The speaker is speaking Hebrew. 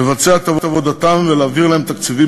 לבצע את עבודתן ולהעביר להן תקציבים